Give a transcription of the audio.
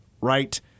right